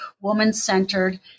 woman-centered